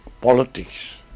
politics